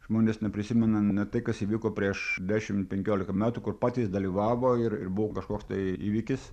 žmonės neprisimena ne tai kas įvyko prieš dešim penkiolika metų kur patys dalyvavo ir ir buvo kažkoks tai įvykis